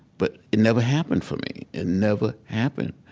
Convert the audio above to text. but it never happened for me. it never happened.